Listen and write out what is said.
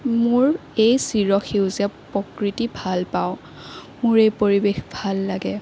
মোৰ এই চিৰ সেউজীয়া প্ৰকৃতি ভাল পাওঁ মোৰ এই পৰিৱেশ ভাল লাগে